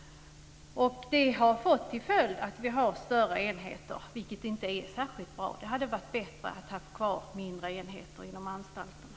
Det har fått till följd att vi fått större enheter, vilket inte är särskilt bra. Det hade varit bättre att ha kvar mindre enheter inom anstalterna.